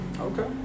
Okay